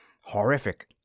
horrific